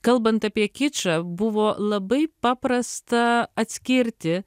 kalbant apie kičą buvo labai paprasta atskirti